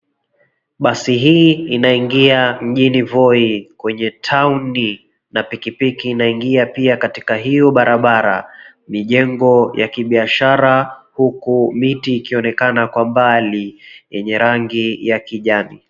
Basi hii inaingia mjini Voi, kwenye tauni na pikipiki inaingia pia katika hio barabara. Mijengo ya kibiashara huku miti ikionekana kwa mbali yenye rangi ya kijani.